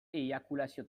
eiakulazio